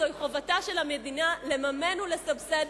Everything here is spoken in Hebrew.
זו חובתה של המדינה לממן ולסבסד,